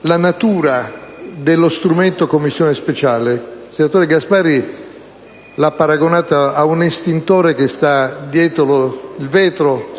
la natura dello strumento Commissione speciale. Il senatore Gasparri l'ha paragonata ad un estintore che sta dietro il vetro: